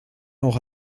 auch